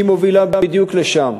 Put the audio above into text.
היא מובילה בדיוק לשם.